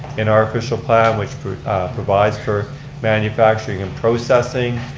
in our official plan, which provides for manufacturing and processing.